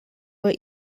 were